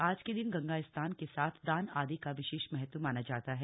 आज के दिन गंगा स्नान के साथ दान आदि का विशेष महत्व माना गया है